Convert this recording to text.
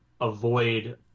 avoid